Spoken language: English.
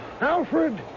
Alfred